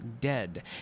dead